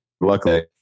Luckily